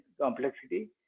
complexity